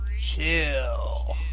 chill